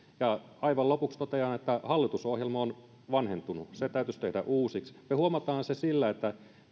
aivan lopuksi totean että hallitusohjelma on vanhentunut se täytyisi tehdä uusiksi me huomaamme sen siitä että